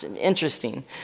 interesting